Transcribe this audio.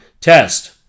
test